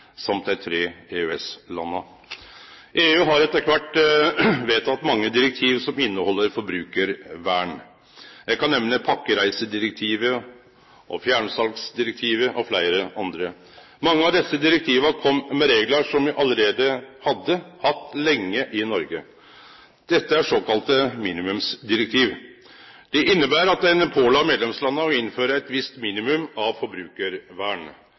dei tre EØS-landa. EU har etter kvart vedteke mange direktiv som inneheld forbrukarvern. Eg kan nemne pakkereisedirektivet, fjernsalsdirektivet og fleire andre. Mange av desse direktiva kom med reglar som me allereie hadde hatt lenge i Noreg. Dette er såkalla minimumsdirektiv. Det inneber at ein påla medlemslanda å innføre eit visst minimum av